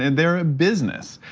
and they're a business.